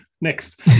next